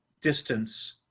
distance